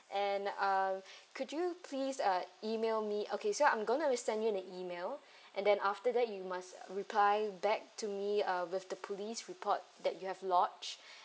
and uh could you please uh email me okay so I'm going to resend you the email and then after that you must reply back to me uh with the police report that you have lodged